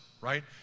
right